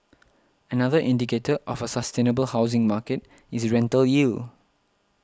another indicator of a sustainable housing market is rental yield